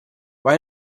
why